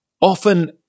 Often